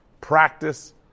practice